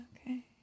okay